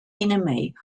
enemy